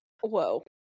Whoa